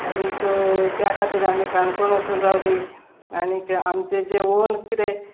आनीक त्या खातीर आमी काणकोण वचून रावलीं आनीक आमचे जे ओन कितें